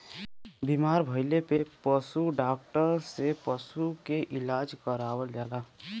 बीमार भइले पे पशु डॉक्टर से पशु के इलाज करावल जाला